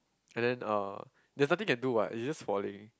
and then uh there's nothing you can do what you're just falling